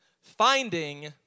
Finding